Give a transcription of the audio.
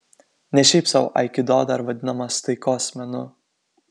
ne šiaip sau aikido dar vadinamas taikos menu